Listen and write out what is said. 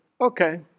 okay